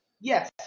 Yes